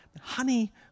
honey